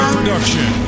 Production